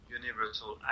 universal